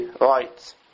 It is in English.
right